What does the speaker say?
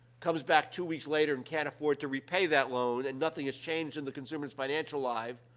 comes back two weeks later and can't afford to repay that loan, and nothing has changed in the consumer's financial life,